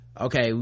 okay